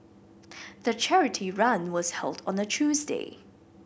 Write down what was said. the charity run was held on a Tuesday